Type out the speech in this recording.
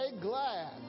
glad